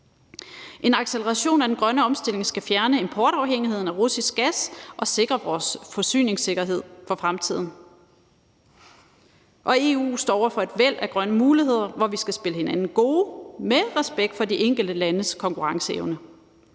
En acceleration af den grønne omstilling skal fjerne importafhængigheden af russisk gas og sikre vores forsyningssikkerhed for fremtiden. EU står over for et væld af grønne muligheder, hvor vi skal spille hinanden gode med respekt for de enkelte landes konkurrenceevne.